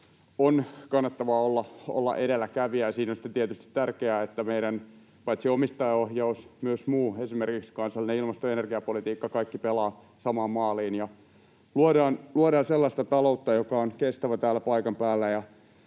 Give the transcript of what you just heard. on kannattavaa olla edelläkävijä. Ja siinä on sitten tietysti tärkeää, että paitsi meidän omistajaohjaus, myös kaikki muu, esimerkiksi kansallinen ilmasto- ja energiapolitiikka, pelaa samaan maaliin ja luodaan sellaista taloutta, joka on kestävä täällä paikan päällä